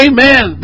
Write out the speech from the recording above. Amen